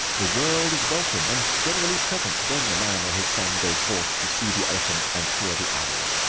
the world is welcome, and generally present when the man or his son go forth to see the elephant and hear the owl.